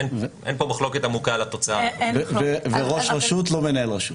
תודה רבה.